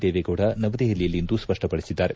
ದೇವೇಗೌಡ ನವದೆಪಲಿಯಲ್ಲಿಂದು ಸ್ಪಷ್ಟಪಡಿಸಿದ್ದಾರೆ